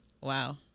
Wow